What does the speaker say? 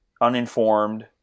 uninformed